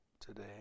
today